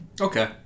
Okay